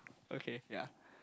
okay yeah